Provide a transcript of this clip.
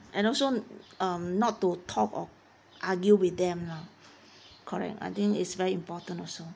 and also um not to talk or argue with them lah correct I think it's very important also